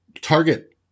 target